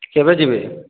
କେବେ ଯିବେ